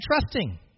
trusting